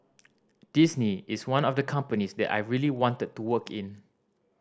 Disney is one of the companies that I really wanted to work in